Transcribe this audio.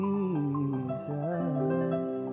Jesus